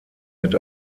mit